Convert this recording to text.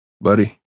Buddy